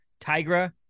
Tigra